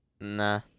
nah